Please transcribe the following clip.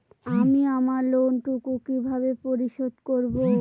আমি আমার লোন টুকু কিভাবে পরিশোধ করব?